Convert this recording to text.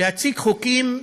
להציג חוקים,